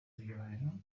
gana